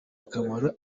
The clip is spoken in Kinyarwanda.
akamaro